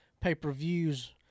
pay-per-views